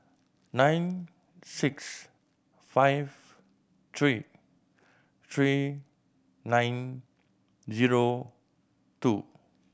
nine six five three three nine zero two